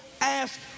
ask